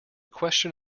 question